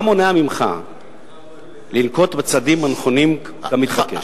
מה מונע ממך לנקוט את הצעדים הנכונים כמתבקש?